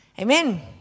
Amen